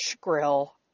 Grill